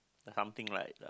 something like